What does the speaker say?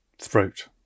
throat